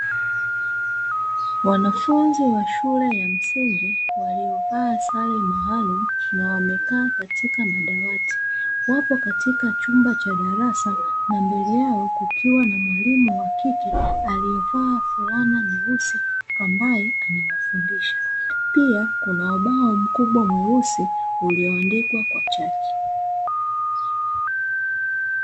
Wanafunzi wa shule ya msingi waliovaa sare maalumu na wamekaa katika madawati, wapo katika chumba cha darasa na mbele yao kukiwa na mwalimu wa kike aliyevaa fulana nyeusi ambaye amewafundisha, pia kuna ubao mkubwa mweusi ulioandikwa kwa chaki.